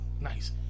nice